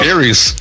Aries